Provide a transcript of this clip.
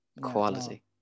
quality